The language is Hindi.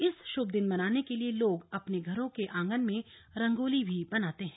इस शुभ दिन मनाने के लिए लोग अपने घरों के आंगन में रंगोली भी बनाते हैं